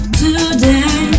today